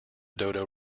dodo